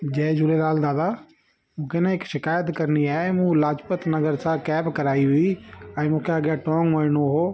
जय झूलेलाल दादा मूंखे न हिकु शिकाइत करिणी आहे मूं लाजपत नगर सां कैब कराई हुई ऐं मूंखे अॻियां थोरो मुड़िणो हो